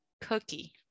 cookie